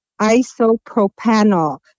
isopropanol